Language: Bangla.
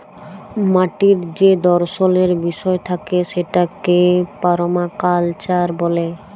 মাটির যে দর্শলের বিষয় থাকে সেটাকে পারমাকালচার ব্যলে